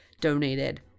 donated